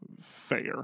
fair